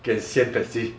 get 鲜 Patsy